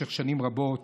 במשך שנים רבות,